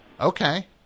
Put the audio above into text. Okay